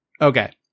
Okay